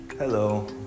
Hello